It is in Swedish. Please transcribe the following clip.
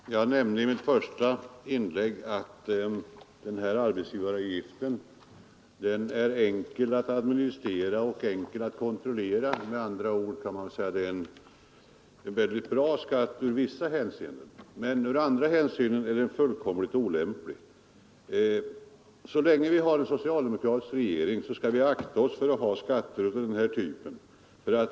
Fru talman! Jag nämnde i mitt första inlägg att arbetsgivaravgiften är enkel att administrera och enkel att kontrollera. Med andra ord är den en väldigt bra skatt i vissa hänseenden. Men ur andra synvinklar är den fullkomligt olämplig. Så länge vi har en socialdemokratisk regering skall vi akta oss för att ha skatter av den här typen.